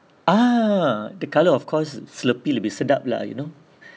ah the colour of course Slurpee lebih sedap lah you know